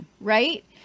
Right